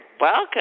welcome